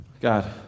God